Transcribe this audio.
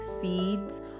seeds